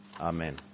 Amen